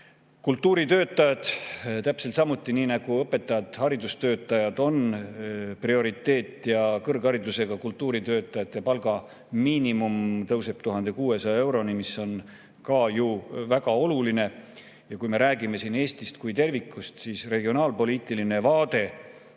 Kultuuritöötajad, täpselt samuti nagu õpetajad, haridustöötajad, on prioriteet. Kõrgharidusega kultuuritöötajate palga miinimum tõuseb 1600 euroni, mis on ka ju väga oluline. Kui me räägime Eestist kui tervikust, siis regionaalpoliitiline vaade